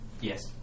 Yes